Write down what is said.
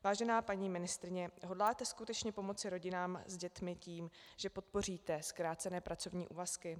Vážená paní ministryně, hodláte skutečně pomoci rodinám s dětmi tím, že podpoříte zkrácené pracovní úvazky?